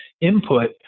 input